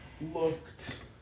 looked